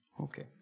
Okay